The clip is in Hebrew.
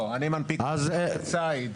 לא, אני מנפיק רישיון ציד.